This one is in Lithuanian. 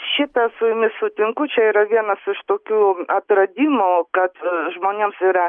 šita su jumis sutinku čia yra vienas iš tokių atradimų kad žmonėms yra